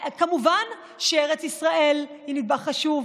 כמובן שארץ ישראל היא נדבך חשוב,